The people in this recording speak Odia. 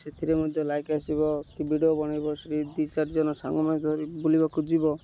ସେଥିରେ ମଧ୍ୟ ଲାଇକ୍ ଆସିବ କି ଭିଡ଼ିଓ ବନେଇବ ସେ ଦୁଇ ଚାରିଜଣ ସାଙ୍ଗମାନେ ଧରି ବୁଲିବାକୁ ଯିବ